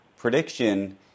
prediction